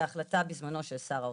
וההחלטה בזמנו הייתה של שר האוצר.